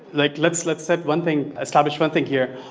like let's let's set one thing, establish one thing here,